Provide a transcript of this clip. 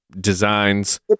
designs